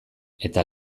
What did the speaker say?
eta